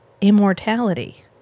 Immortality